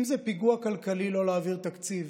אם זה פיגוע כלכלי לא להעביר תקציב,